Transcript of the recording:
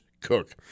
cook